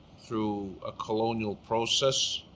through a colonial process.